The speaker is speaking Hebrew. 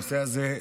הנושא הזה,